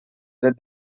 dret